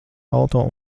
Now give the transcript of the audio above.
auto